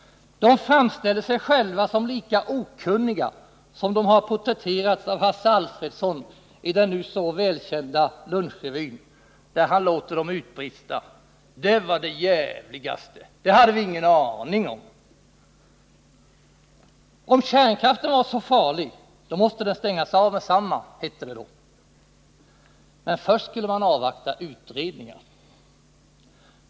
De framställde sig själva som lika okunniga som de har porträtterats av Hasse Alfredsson i den nu så välkända lunchrevyn, där han låter dem utbrista: ”Det var det djävligaste! Det hade vi ingen aning om!” Om kärnkraften var så farlig måste den stängas av med detsamma, hette det då. Men först skulle man avvakta utredningar.